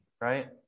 right